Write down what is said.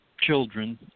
children